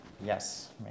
Yes